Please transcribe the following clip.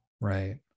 Right